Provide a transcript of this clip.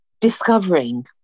discovering